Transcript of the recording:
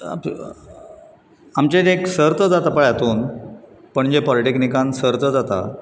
आमची एक सर्त जाता पय हातूंत पणजे पोलिटॅक्निकांत सर्त जाता